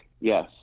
Yes